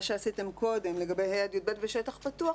שעשיתם קודם לגבי ה' עד י"ב בשטח פתוח,